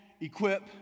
equip